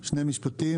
שני משפטים,